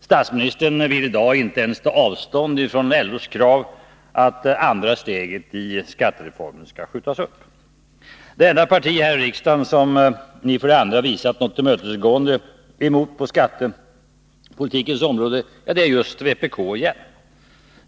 Statsministern vill i dag inte ens ta avstånd från LO:s krav att andra steget i skattereformen skall skjutas upp. För det andra är det enda partiet här i riksdagen som ni har visat något tillmötesgående på skattepolitikens område just vpk igen.